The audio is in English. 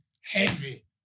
heavy